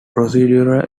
procedural